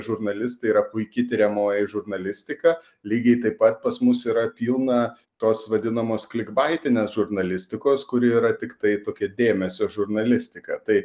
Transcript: žurnalistai yra puiki tiriamoji žurnalistika lygiai taip pat pas mus yra pilna tos vadinamos kligbaitinės žurnalistikos kuri yra tiktai tokia dėmesio žurnalistika tai